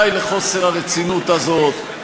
די לחוסר הרצינות הזה,